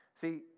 See